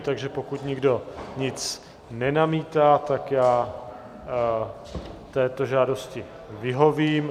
Takže pokud nikdo nic nenamítá, já této žádosti vyhovím.